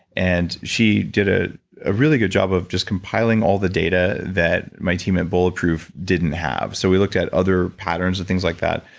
and she did a ah really good job of just compiling all the data that my team at bulletproof didn't have. so we looked at other patterns and things like that.